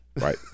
Right